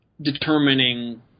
determining